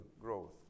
growth